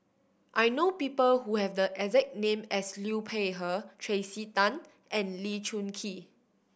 I know people who have the exact name as Liu Peihe Tracey Tan and Lee Choon Kee